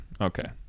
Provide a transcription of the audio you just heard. okay